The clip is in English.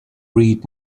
read